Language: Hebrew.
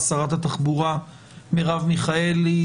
שרת התחבורה מרב מיכאלי,